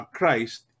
Christ